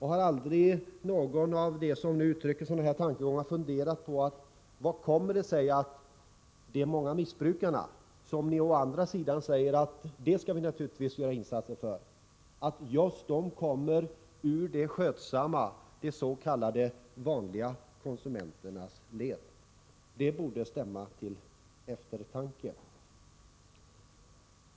Har aldrig någon av dem som uttrycker sådana här tankegångar funderat på hur det kommer sig att de många missbrukarna, som ni å andra sidan vill att vi skall göra insatser för, kommer ur de skötsamma, de s.k. vanliga konsumenternas led? Detta borde stämma till eftertanke.